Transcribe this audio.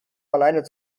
allein